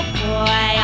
boy